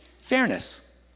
fairness